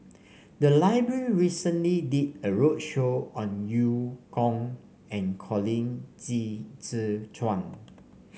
the library recently did a roadshow on Eu Kong and Colin Qi Zhe Quan